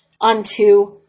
unto